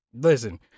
listen